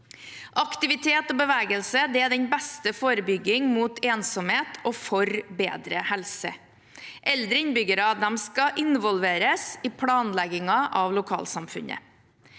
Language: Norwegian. Aktivitet og bevegelse er den beste forebygging mot ensomhet og for bedre helse. Eldre innbyggere skal involveres i planleggingen av lokalsamfunnet.